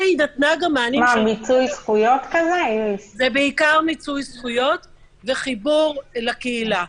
זה בעיקר מיצוי זכויות וחיבור לקהילה.